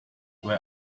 where